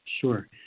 Sure